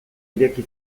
ireki